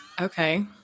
Okay